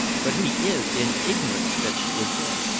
but he is in ignorance that she is dead.